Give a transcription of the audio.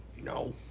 No